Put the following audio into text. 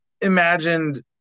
imagined